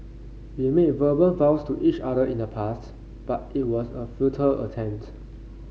we made verbal vows to each other in the past but it was a futile attempt